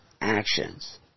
actions